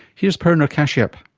here's purna kashyap.